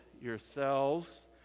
yourselves